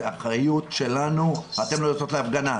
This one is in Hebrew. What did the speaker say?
באחריות שלנו אתן לא יוצאות להפגנה,